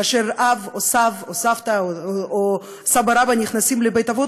כאשר אב או סב או סבתא או סבא-רבא נכנסים לבית-אבות.